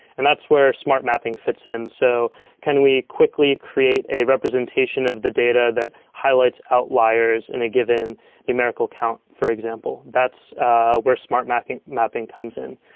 and that's where smart mapping fits in. so can we quickly create a representation of the data that highlights outliers in a given numerical count, for example? that's where smart mapping mapping comes in.